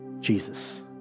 Jesus